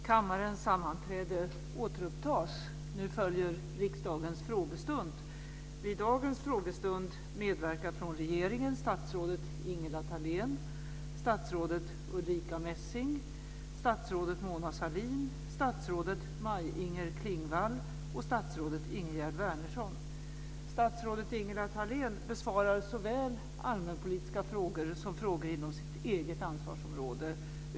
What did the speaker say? Kammarens sammanträde återupptas. Nu följer riksdagens frågestund. Vid dagens frågestund medverkar från regeringen: statsrådet Ingela Thalén, statsrådet Ulrica Messing, statsrådet Mona Sahlin, statsrådet Maj-Inger Klingvall och statsrådet Ingegerd Wärnersson. Statsrådet Ingela Thalén besvarar såväl allmänpolitiska frågor som frågor inom sitt eget ansvarsområde.